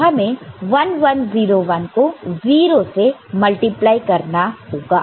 तो हमें 1 1 0 1 को 0 से मल्टीप्लाई करना होगा